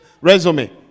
resume